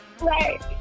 Right